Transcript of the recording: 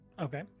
Okay